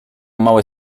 małe